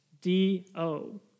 D-O